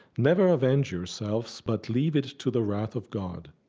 never avenge yourselves, but leave it to the wrath of god,